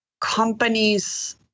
companies